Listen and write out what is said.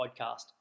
Podcast